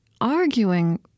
arguing